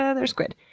ah they're squid.